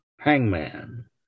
hangman